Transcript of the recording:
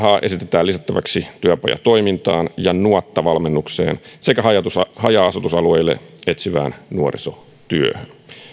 esitetään lisättäväksi työpajatoimintaan ja nuotta valmennukseen sekä haja asutusalueille etsivään nuorisotyöhön